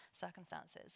circumstances